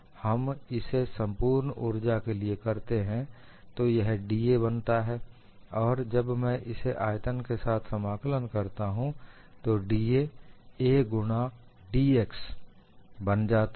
जब हम इसे संपूर्ण ऊर्जा के लिए करते हैं तो यह dA बनता है और जब मैं इसे आयतन के साथ समाकलन करता हूं तो dA A गुणा dx बन जाता है